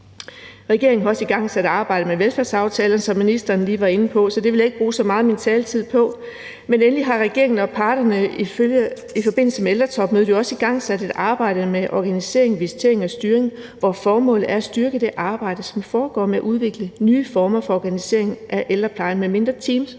Regeringen har også igangsat arbejde med velfærdsaftalen, som ministeren lige var inde på, så det vil jeg ikke bruge så meget af min taletid på. Endelig har regeringen og parterne i forbindelse med ældretopmødet også igangsat et arbejde med organisering og visitering og styring, hvor formålet er at styrke det arbejde, som foregår med at udvikle nye former for organisering af ældreplejen med mindre teams